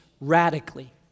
Radically